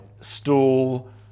stool